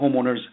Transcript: homeowners